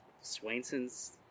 Swainson's